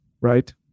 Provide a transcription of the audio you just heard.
right